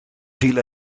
viel